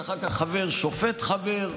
ואחר כך חבר שופט חבר,